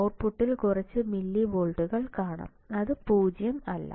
ഔട്ട്പുട്ടിൽ കുറച്ച് മില്ലി വോൾട്ടുകൾ കാണാം അത് 0 അല്ല